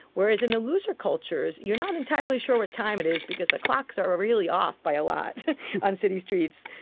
whereas in the looser cultures you're not entirely sure what time it is because the clocks are are really off by a lot on city streets.